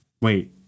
Wait